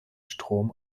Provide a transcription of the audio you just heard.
strom